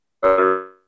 better